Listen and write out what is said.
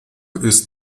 ist